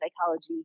psychology